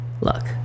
luck